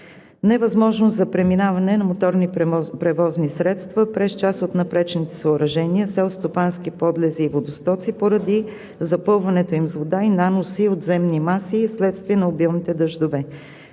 невъзможност за преминаване на моторни превозни средства през част от напречните съоръжения, селскостопански подлези и водостоци поради запълването им с вода и наноси от земни маси вследствие на обилните дъждове.